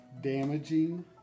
damaging